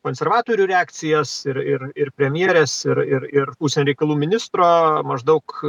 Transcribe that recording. konservatorių reakcijas ir ir ir premjerės ir ir ir užsienio reikalų ministro maždaug